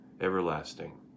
everlasting